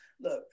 Look